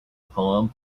poem